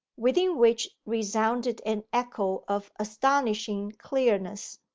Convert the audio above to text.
within which resounded an echo of astonishing clearness.